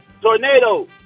tornado